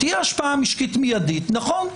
תהיה השפעה משקית מידית נכון.